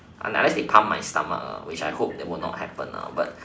un~ unless they plump my stomach ah which I hope will not happen lah but